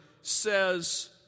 says